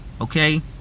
Okay